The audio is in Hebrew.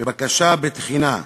בבקשה, בתחינה,